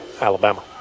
alabama